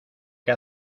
que